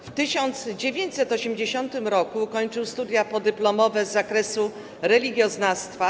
W 1980 r. ukończył studia podyplomowe z zakresu religioznawstwa.